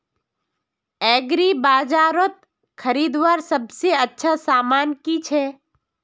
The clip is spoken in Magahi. एग्रीबाजारोत खरीदवार सबसे अच्छा सामान की छे?